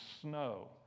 snow